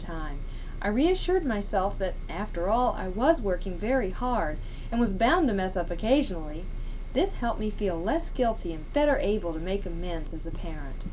time i reassured myself that after all i was working very hard and was bound to mess up occasionally this helped me feel less guilty and better able to make a mint as a parent